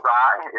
die